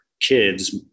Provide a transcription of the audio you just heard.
kids